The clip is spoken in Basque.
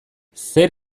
zer